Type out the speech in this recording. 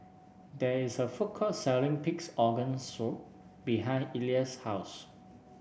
there is a food court selling Pig's Organ Soup behind Elia's house